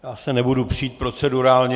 Já se nebudu přít procedurálně.